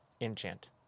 enchant